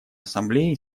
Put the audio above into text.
ассамблее